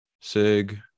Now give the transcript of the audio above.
sig